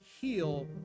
heal